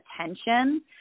attention